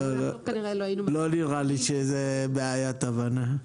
(היו"ר מיכאל מרדכי ביטון) לא נראה לי שזאת בעיית הבנה.